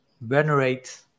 venerate